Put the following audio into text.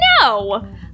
No